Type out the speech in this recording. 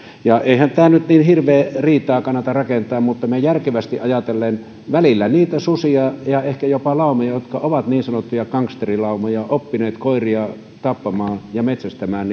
ja eihän tästä nyt niin hirveää riitaa kannata rakentaa mutta näin järkevästi ajatellen välillä harvennamme niitä susia ja ehkä jopa laumoja jotka ovat niin sanottuja gangsterilaumoja oppineet koiria tappamaan ja metsästämään